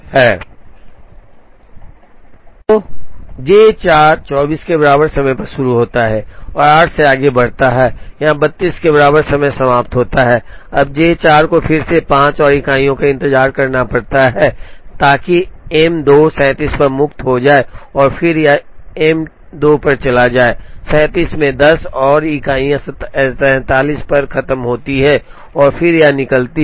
तो J 4 24 के बराबर समय पर शुरू होता है और 8 से आगे बढ़ता है यहाँ 32 के बराबर समय समाप्त होता है अब J 4 को फिर से 5 और इकाइयों का इंतजार करना पड़ता है ताकि M 2 37 पर मुक्त हो जाए और फिर यह M 2 में चला जाए 37 में 10 और इकाइयाँ 47 पर खत्म होती हैं और फिर यह निकलती है